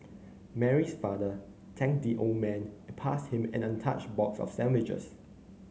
Mary's father thanked the old man and passed him an untouched box of sandwiches